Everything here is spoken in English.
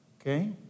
Okay